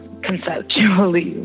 conceptually